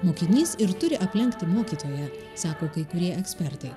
mokinys ir turi aplenkti mokytoją sako kai kurie ekspertai